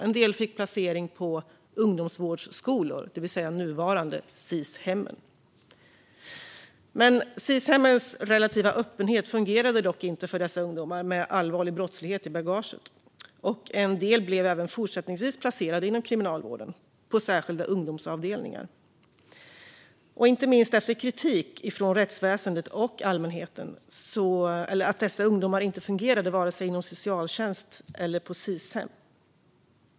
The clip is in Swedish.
En del fick placering på ungdomsvårdsskolor, det vill säga det som nu är Sis-hem. Sis-hemmens relativa öppenhet fungerade dock inte för dessa ungdomar med allvarlig brottslighet i bagaget. En del blev även fortsättningsvis placerade inom kriminalvården, på särskilda ungdomsavdelningar, inte minst efter kritik från rättsväsendet och allmänheten att dessa ungdomar inte fungerade vare sig inom socialtjänst eller på Sis-hem.